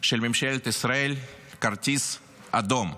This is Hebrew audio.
של ממשלת ישראל כרטיס אדום.